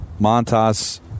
Montas